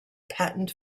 patent